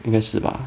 应该是吧